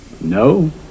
No